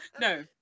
No